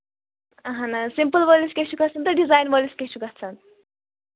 اَہَن حظ سِمپٕل وٲلِس کیٛاہ چھُ گژھان تہٕ ڈِزایِن وٲلِس کیٛاہ چھُ گژھان